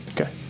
Okay